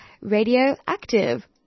radioactive